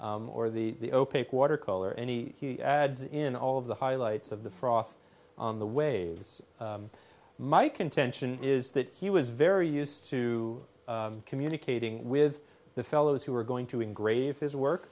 or the opaque watercolor any he adds in all of the highlights of the frost on the waves my contention is that he was very used to communicating with the fellows who were going to engrave his